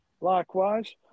likewise